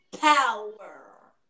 power